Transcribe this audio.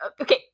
Okay